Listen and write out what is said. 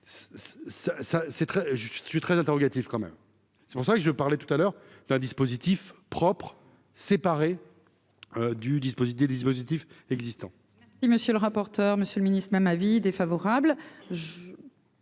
je suis très interrogatifs quand même, c'est pour ça que je parlais tout à l'heure d'un dispositif propre séparé du disposer des dispositifs existants. Monsieur le rapporteur, monsieur le Ministre, même avis défavorable.